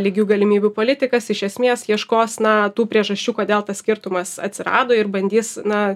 lygių galimybių politikas iš esmės ieškos na tų priežasčių kodėl tas skirtumas atsirado ir bandys na